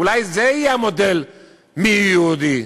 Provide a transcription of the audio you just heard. אולי זה יהיה המודל של מיהו יהודי.